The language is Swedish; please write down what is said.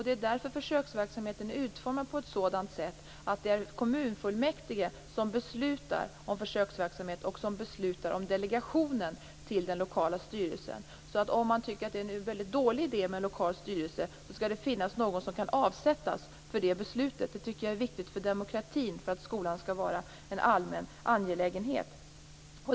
Det är därför försöksverksamheten är utformad på sådant sätt att det är kommunfullmäktige som beslutar om försöksverksamhet och som beslutar om delegationen till den lokala styrelsen. Om man tycker att det är en mycket dålig idé med en lokal styrelse skall det finnas någon som kan avsättas för det beslutet. Det tycker jag är viktigt för demokratin, för att skolan skall vara en allmän angelägenhet.